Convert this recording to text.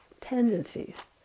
tendencies